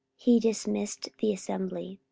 he dismissed the assembly.